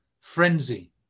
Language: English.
frenzy